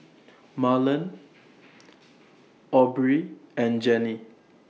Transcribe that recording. Marlen Aubree and Jenny